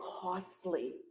costly